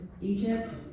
Egypt